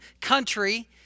country